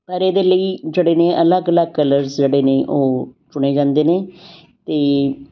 ਪਰ ਇਹਦੇ ਲਈ ਜਿਹੜੇ ਨੇ ਅਲੱਗ ਅਲੱਗ ਕਲਰਜ਼ ਜਿਹੜੇ ਨੇ ਉਹ ਚੁਣੇ ਜਾਂਦੇ ਨੇ ਅਤੇ